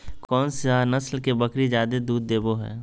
कौन सा नस्ल के बकरी जादे दूध देबो हइ?